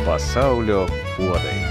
pasaulio puodai